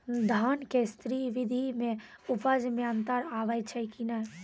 धान के स्री विधि मे उपज मे अन्तर आबै छै कि नैय?